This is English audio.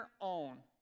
own